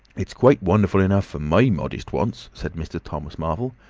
it's quite wonderful enough for my modest wants, said mr. thomas marvel.